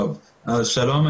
שלום,